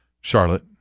Charlotte